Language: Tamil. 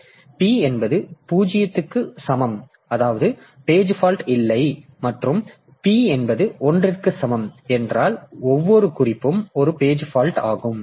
எனவே p என்பது 0 க்கு சமம் அதாவது பேஜ் பால்ட் இல்லை மற்றும் p என்பது 1 க்கு சமம் என்றால் ஒவ்வொரு குறிப்பும் ஒரு பேஜ் பால்ட் ஆகும்